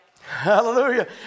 Hallelujah